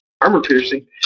Armor-piercing